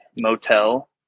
motel